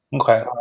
Okay